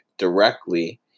directly